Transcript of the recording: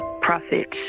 profits